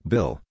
Bill